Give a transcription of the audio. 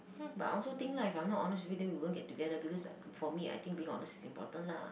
but I also think lah if I'm not honest you then we wouldn't get together because for me I think being honest is important lah